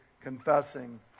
confessing